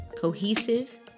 Cohesive